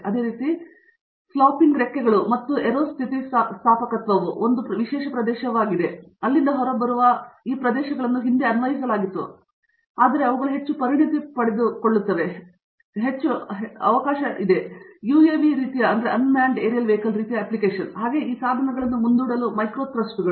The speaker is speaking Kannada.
ಅದೇ ರೀತಿ ಫ್ಲೋಪ್ಪಿಂಗ್ ರೆಕ್ಕೆಗಳು ಮತ್ತು ಏರೋ ಸ್ಥಿತಿಸ್ಥಾಪಕತ್ವವು ಒಂದು ವಿಶೇಷ ಪ್ರದೇಶದಂತೆಯೇ ಇರುತ್ತದೆ ಮತ್ತು ಅಲ್ಲಿಂದ ಹೊರಬರುವ ಈ ಪ್ರದೇಶಗಳನ್ನು ಹಿಂದೆ ಅನ್ವಯಿಸಲಾಗಿದೆ ಆದರೆ ಅವುಗಳು ಹೆಚ್ಚು ಪರಿಣತಿ ಪಡೆದುಕೊಳ್ಳುತ್ತವೆ ಮತ್ತು ಹೇಳಲು ಅವಕಾಶ ಮಾಡಿಕೊಡುತ್ತವೆ UAV ರೀತಿಯ ಅಪ್ಲಿಕೇಶನ್ ಹಾಗೆಯೇ ಈ ಸಾಧನಗಳನ್ನು ಮುಂದೂಡಲು ಮೈಕ್ರೋ ಥ್ರಸ್ಟರ್ಗಳು